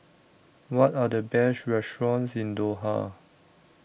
What Are The Best restaurants in Doha